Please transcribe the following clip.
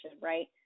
right